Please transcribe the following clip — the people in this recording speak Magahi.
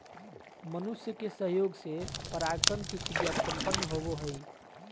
मनुष्य के सहयोग से परागण के क्रिया संपन्न होबो हइ